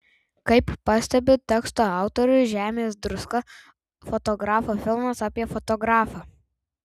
kaip pastebi teksto autorius žemės druska fotografo filmas apie fotografą